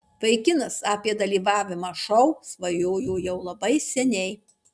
vaikinas apie dalyvavimą šou svajojo jau labai seniai